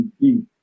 deep